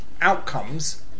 outcomes